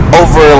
over